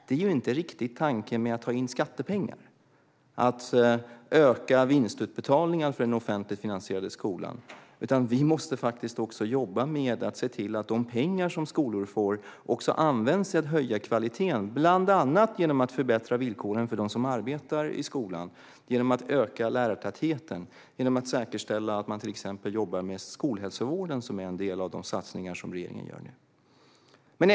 Det är ju inte riktigt tanken med att ta in skattepengar - att öka vinstutbetalningarna för den offentligt finansierade skolan. Vi måste faktiskt jobba med att se till att de pengar som skolor får också används till höja kvaliteten, bland annat genom att förbättra villkoren för dem som arbetar i skolan genom att öka lärartätheten och säkerställa att man till exempel jobbar med skolhälsovården, som är en del i de satsningar som regeringen nu gör.